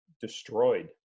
destroyed